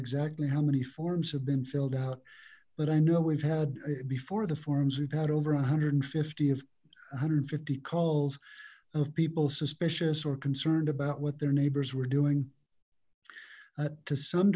exactly how many forms have been filled out but i know we've had before the forms we've had over a hundred and fifty of one hundred and fifty calls of people suspicious or concerned about what their neighbors were doing to some